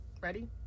Ready